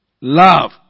Love